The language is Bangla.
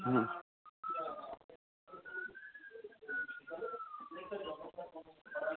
হুম